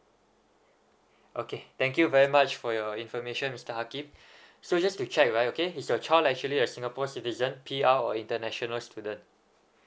okay thank you very much for your information mister hakim so just to check right okay it's your child actually a singapore citizen P_R or international student